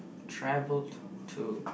travelled to